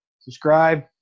subscribe